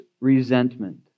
resentment